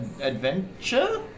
adventure